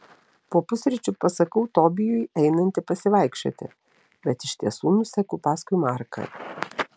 po pusryčių pasakau tobijui einanti pasivaikščioti bet iš tiesų nuseku paskui marką